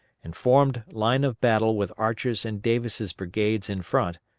and formed line of battle with archer's and davis' brigades in front,